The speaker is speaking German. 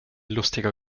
lustiger